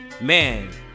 Man